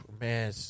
Man